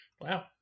Wow